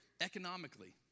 economically